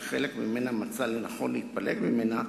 שחלק ממנה מצא לנכון להתפלג ממנה,